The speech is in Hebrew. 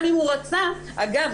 גם אם הוא רצה אגב,